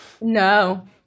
No